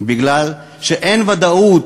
אין ודאות,